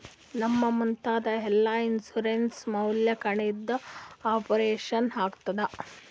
ನಮ್ ಮುತ್ಯಾಂದ್ health insurance ಮ್ಯಾಲ ಕಣ್ಣಿಂದ್ ಆಪರೇಷನ್ ಆಗ್ಯಾದ್